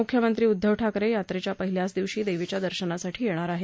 मुख्यमंत्री उद्दव ठाकरे यात्रेच्या पहिल्याच दिवशी देवीच्या दर्शनासाठी येणार आहेत